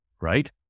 right